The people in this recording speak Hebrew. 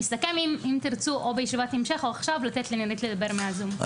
אני אסכם אם תרצו בישיבת המשך או עכשיו לתת לנירית לדבר מהזום.